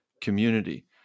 community